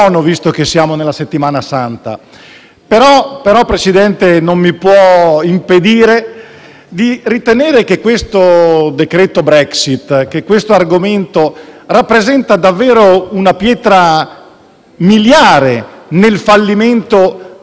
signor Presidente, non mi può impedire di ritenere che questo decreto Brexit e questo argomento rappresentino davvero una pietra miliare nel fallimento di questa unità europea.